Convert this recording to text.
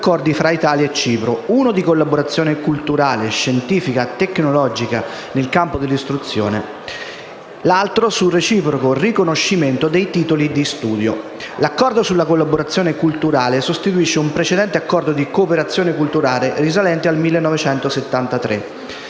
L'Accordo sulla collaborazione culturale sostituisce un precedente Accordo di cooperazione culturale risalente al 1973.